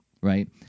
right